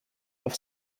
auf